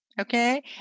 Okay